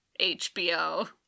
HBO